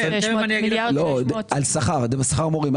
על שכר מורים.